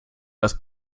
das